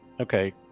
Okay